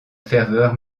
ferveur